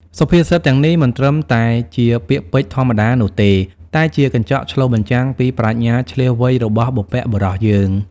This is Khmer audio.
សុភាសិតទាំងនេះមិនត្រឹមតែជាពាក្យពេចន៍ធម្មតានោះទេ តែជាកញ្ចក់ឆ្លុះបញ្ចាំងពីប្រាជ្ញាឈ្លាសវៃរបស់បុព្វបុរសយើង។